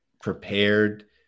prepared